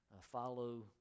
follow